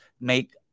make